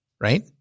right